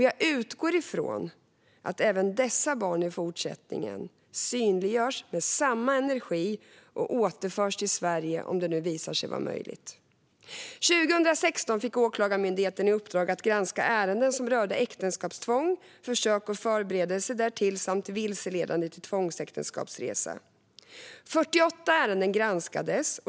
Jag utgår från att även dessa barn i fortsättningen ska synliggöras med denna energi och återföras till Sverige om det visar sig vara möjligt. År 2016 fick Åklagarmyndigheten i uppdrag att granska ärenden som rörde äktenskapstvång, försök och förberedelse därtill samt vilseledande till tvångsäktenskapsresa. 48 ärenden granskades.